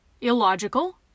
illogical